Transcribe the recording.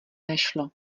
nešlo